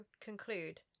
conclude